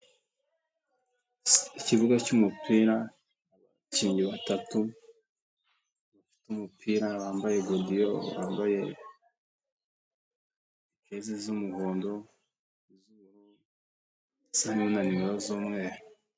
Ikibuga cy'Umupira, abakinnyi batatu bafite umupira Bambaye godiyo, wamba jezi z'umuhondo na nimero z'umweru.